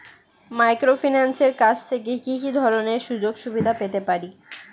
মাইক্রোফিন্যান্সের কাছ থেকে কি কি ধরনের সুযোগসুবিধা পেতে পারি?